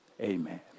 Amen